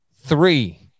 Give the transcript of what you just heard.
three